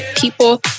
people